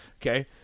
Okay